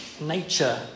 nature